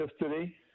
yesterday